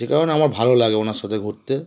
যে কারণে আমার ভাল লাগে ওনার সাথে ঘুরতে